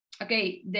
okay